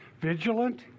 vigilant